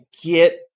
get